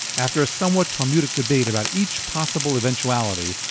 after a somewhat talmudic debate about each possible eventuality,